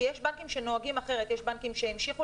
כי יש בנקים שנוהגים אחרת יש כאלה שהמשיכו